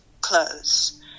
clothes